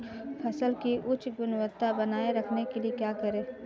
फसल की उच्च गुणवत्ता बनाए रखने के लिए क्या करें?